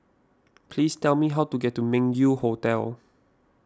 please tell me how to get to Meng Yew Hotel